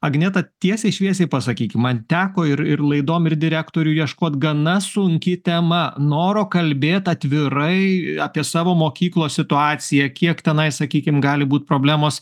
agneta tiesiai šviesiai pasakykim man teko ir ir laidom ir direktorių ieškot gana sunki tema noro kalbėt atvirai apie savo mokyklos situaciją kiek tenai sakykim gali būt problemos